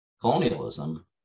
colonialism